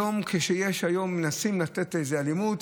היום מנסים לעשות אלימות,